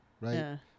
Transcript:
Right